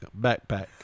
backpack